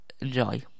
enjoy